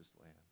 land